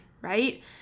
right